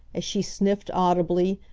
as she sniffed audibly,